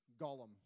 Gollum